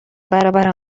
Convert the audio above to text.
برابر